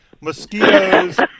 Mosquitoes